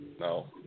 no